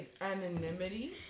anonymity